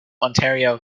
ontario